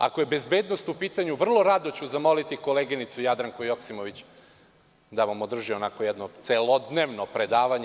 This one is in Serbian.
Ako je bezbednost u pitanju, vrlo rado ću zamoliti koleginicu Jadranku Joksimović da vam održi onako jedno celodnevno predavanje.